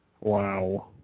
Wow